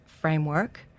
framework